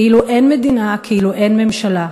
כאילו אין מדינה, כאילו אין ממשלה.